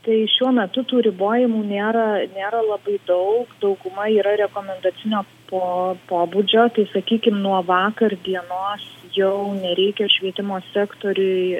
tai šiuo metu tų ribojimų nėra nėra labai daug dauguma yra rekomendacinio po pobūdžio tai sakykim nuo vakar dienos jau nereikia švietimo sektoriui